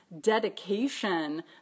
dedication